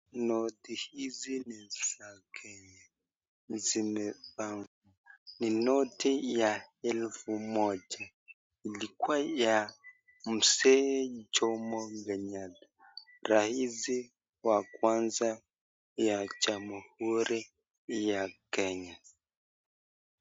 Noti hizi ni za Kenya. Zimepangwa ni noti ya elfu moja. Ilikuwa ya mzee Jomo Kenyatta, rais wa kwanza ya jamuhuri ya Kenya.